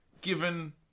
given